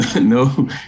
no